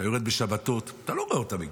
אתה יורד בשבתות ואתה לא רואה אותם מגיעים.